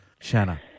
Shanna